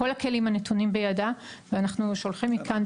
כל הכלים הנתונים בידה ואנחנו שולחים מכאן,